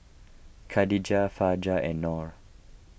Khadija Fajar and Nor